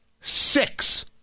Six